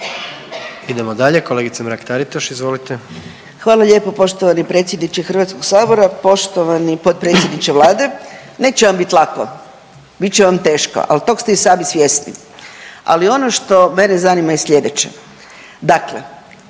Idemo dalje. Kolegice Mrak-Taritaš, izvolite. **Mrak-Taritaš, Anka (GLAS)** Hvala lijepo poštovani predsjedniče HS-a, poštovani potpredsjedniče Vlade. Neće vam bit lako. Bit će vam teško, ali tog ste i sami svjesni. Ali ono što mene zanima je sljedeće, dakle